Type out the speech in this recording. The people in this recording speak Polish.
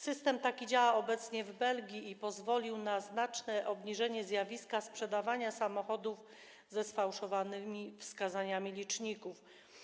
System taki działa obecnie w Belgii i pozwolił na znaczne obniżenie zjawiska sprzedawania samochodów ze sfałszowanymi wskazaniami liczników.